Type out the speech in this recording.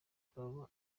rw’aba